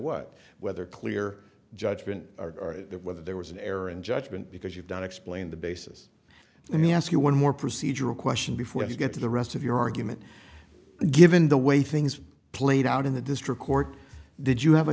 what whether clear judgment or whether there was an error in judgment because you've done explain the basis let me ask you one more procedural question before you get to the rest of your argument given the way things played out in the district court did you have a